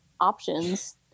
options